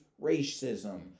racism